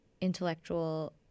intellectual